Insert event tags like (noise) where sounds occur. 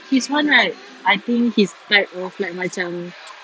his one right I think his type of like macam (noise)